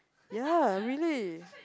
ya really